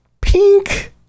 pink